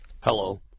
Hello